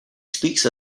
speaks